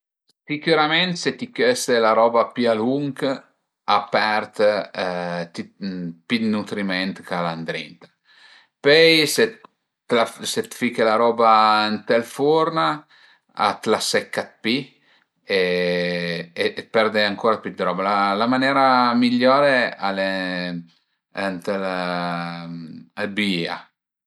Sicürament se ti cös la roba pi a lunch a perd pi dë nutriment ch'al a ëndrinta. Pöi se t'la se fiche la roba ënt ël furn a t'la secca pi e perde ancura pi dë roba, la manera migliore al e ënt ël büìa